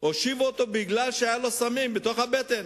הושיבו אותו בגלל שהיו לו סמים בתוך הבטן,